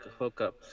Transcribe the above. hookups